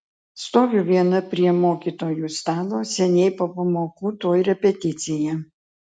stoviu viena prie mokytojų stalo seniai po pamokų tuoj repeticija